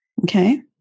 Okay